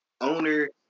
owner